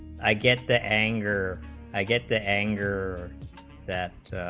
ai get the anger i get the anger that